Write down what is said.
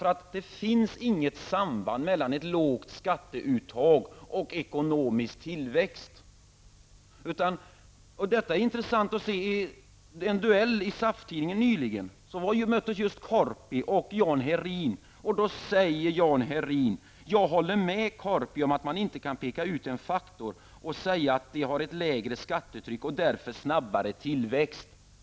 Det finns inget samband mellan ett lågt skatteuttag och ekonomisk tillväxt. I en duell i SAF-tidningen nyligen möttes just Walter Korpi och Jan Herin. Där säger Jan Herin: Jag håller med Korpi om att man inte kan peka ut en faktor och säga; de har ett lägre skattetryck och därmed en snabbare tillväxt.